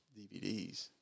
DVDs